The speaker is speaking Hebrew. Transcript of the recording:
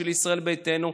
של ישראל ביתנו,